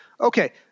Okay